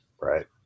Right